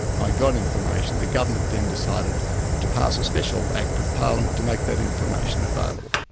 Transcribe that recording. i got information. the government then decided to pass a special act of parliament to make that information available.